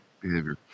Behavior